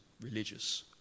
religious